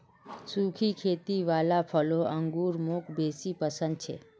सुखी खेती वाला फलों अंगूर मौक बेसी पसन्द छे